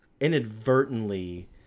inadvertently